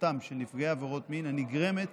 בפרטיותם של נפגעי עבירות מין הנגרמת